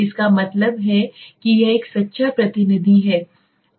इसका मतलब है कि यह एक सच्चा प्रतिनिधि है